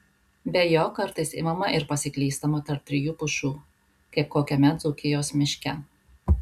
be jo kartais imama ir pasiklystama tarp trijų pušų kaip kokiame dzūkijos miške